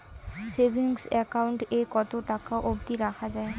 Savings account এ কতো টাকা অব্দি রাখা যায়?